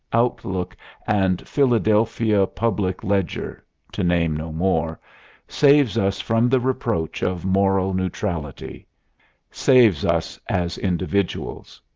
outlook and philadelphia public ledger to name no more saves us from the reproach of moral neutrality saves us as individuals.